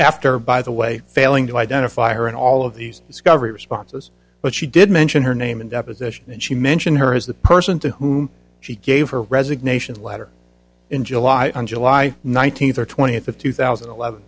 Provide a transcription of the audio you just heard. after by the way failing to identify her in all of these discovery responses but she did mention her name and deposition and she mentioned her as the person to whom she gave her resignation letter in july on july nineteenth or twentieth of two thousand and eleven